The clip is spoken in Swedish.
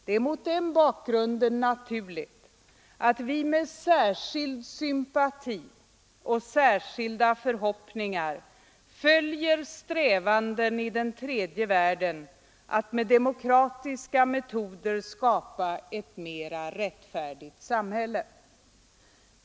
Det är mot den bakgrunden naturligt att vi med särskild sympati och med särskilda förhoppningar följer strävanden i den tredje världen att med demokratiska metoder skapa ett mera rättfärdigt samhälle.